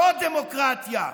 זו דמוקרטיה.